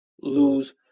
lose